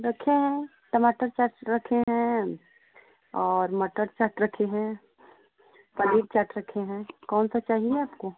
रखे हैं टमाटर चाट रखे हैं और मटर चाट रखे हैं पनीर चाट रखे हैं कौन सा चाहिए आपको